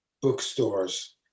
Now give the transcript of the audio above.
bookstores